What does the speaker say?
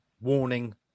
warning